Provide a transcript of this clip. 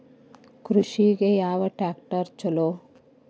ಕೃಷಿಗ ಯಾವ ಟ್ರ್ಯಾಕ್ಟರ್ ಛಲೋ?